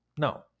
No